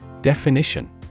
Definition